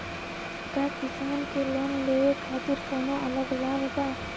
का किसान के लोन लेवे खातिर कौनो अलग लाभ बा?